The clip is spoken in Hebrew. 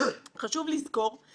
תאפשר תחרות עבורם,